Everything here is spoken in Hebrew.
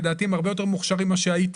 לדעתי הם הרבה יותר מוכשרים מה שהייתי.